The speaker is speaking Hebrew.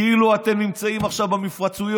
כאילו אתם נמצאים עכשיו במפרציות.